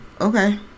Okay